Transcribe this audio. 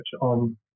on